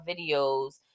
videos